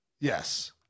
yes